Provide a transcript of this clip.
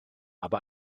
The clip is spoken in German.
aber